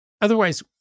Otherwise